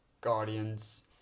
guardians